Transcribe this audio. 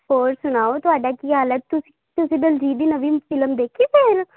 ਹੋਰ ਸੁਣਾਓ ਤੁਹਾਡਾ ਕੀ ਹਾਲ ਹੈ ਤੁਸੀਂ ਤੁਸੀਂ ਦਿਲਜੀਤ ਦੀ ਨਵੀਂ ਫਿਲਮ ਦੇਖੀ ਭੈਣ